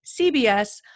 CBS